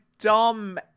dumb